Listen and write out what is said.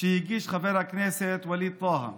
שהגיש חבר הכנסת ווליד טאהא.